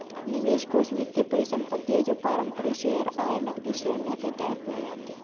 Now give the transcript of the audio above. निवेश कोष वित्तीय परिसंपत्ति है जो पारंपरिक शेयर, आय, नकदी श्रेणियों के तहत नहीं आती